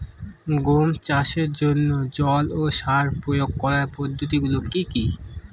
গম চাষের জন্যে জল ও সার প্রয়োগ করার পদ্ধতি গুলো কি কী?